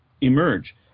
emerge